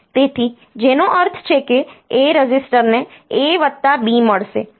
તેથી જેનો અર્થ છે કે A રજિસ્ટરને A વત્તા B મળશે